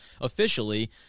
officially